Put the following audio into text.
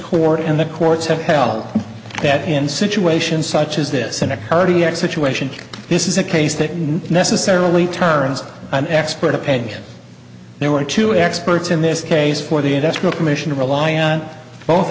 court and the courts have held that in situations such as this in a cardiac situation this is a case that necessarily turns an expert opinion there were two experts in this case for the industrial commission to rely on both